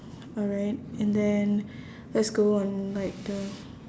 alright and then let's go on like the